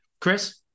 chris